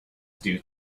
stew